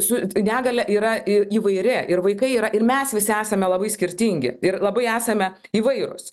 su negalia yra į įvairi ir vaikai yra ir mes visi esame labai skirtingi ir labai esame įvairūs